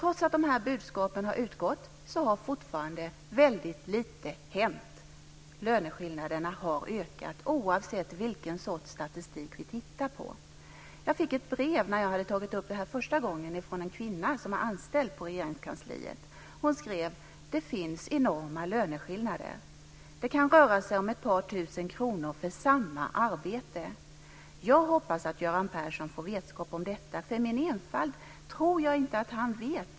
Trots att budskapen har gått ut har fortfarande väldigt lite hänt. Löneskillnaderna har ökat, oavsett vilken sorts statistik vi tittar på. Efter det att jag tog upp den här frågan första gången fick jag ett brev från en kvinna som är anställd på Regeringskansliet. Hon skrev att det finns enorma löneskillnader. Det kan röra sig om ett par tusen kronor för samma arbete. Jag hoppas att Göran Persson får vetskap om detta. I min enfald tror jag inte att han vet.